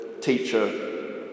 teacher